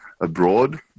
abroad